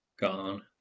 Gone